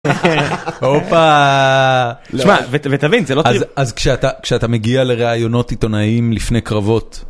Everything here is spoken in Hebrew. אז כשאתה כשאתה מגיע לרעיונות עיתונאיים לפני קרבות.